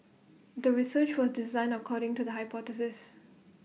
the research was designed according to the hypothesis